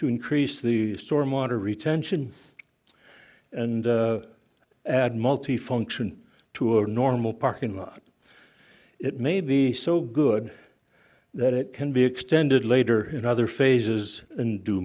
to increase the storm water retention and add multifunction to our normal parking lot it may be so good that it can be extended later in other phases and do